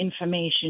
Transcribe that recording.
information